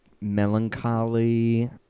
melancholy